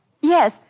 Yes